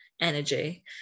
energy